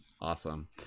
awesome